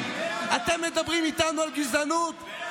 118. אתם מדברים איתנו על גזענות?